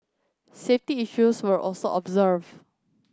safety issues were also observed